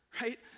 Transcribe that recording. right